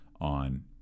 on